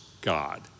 God